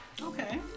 Okay